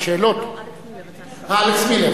אלכס מילר,